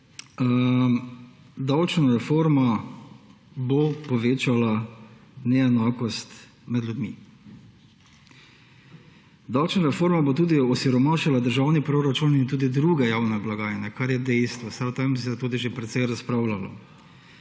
Davčna reforma bo povečala neenakost med ljudmi. Davčna reforma bo tudi osiromašila državni proračun in druge javne blagajne, kar je dejstvo, saj o tem se je tudi že precej razpravljalo.